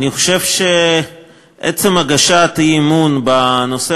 אני חושב שעצם הגשת האי-אמון בנושא